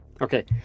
Okay